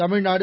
Tamil Nadu